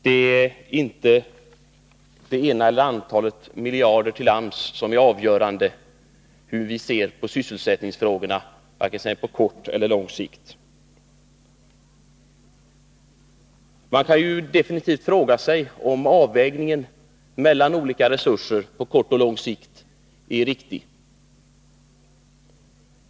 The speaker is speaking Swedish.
Det är inte det ena eller andra antalet miljarder till AMS som är avgörande för hur vi ser på sysselsättningsfrågorna vare sig på kort eller på lång sikt. Man kan definitivt fråga sig om avvägningen mellan olika resurser på kort och lång sikt är riktig.